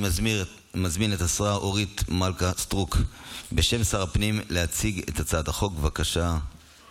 אני מזמין את השרה אורית מלכה סטרוק להציג את הצעת החוק בשם שר הפנים.